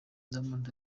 diamond